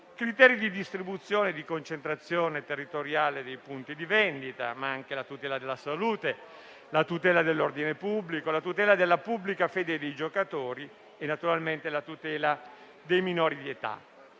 criteri di distribuzione e di concentrazione territoriale dei punti di vendita, ma anche la tutela della salute, la tutela dell'ordine pubblico, la tutela della pubblica fede dei giocatori e, naturalmente, la tutela dei minori di età.